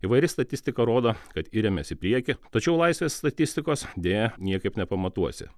įvairi statistika rodo kad iriamės į priekį tačiau laisvės statistikos deja niekaip nepamatuosi